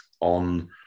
on